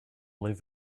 live